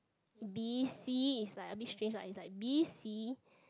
B_C is like a bit strange lah is like B_C